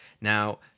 Now